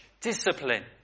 discipline